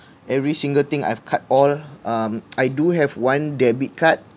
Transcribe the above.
every single thing I've cut all um I do have one debit card